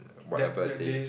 whatever day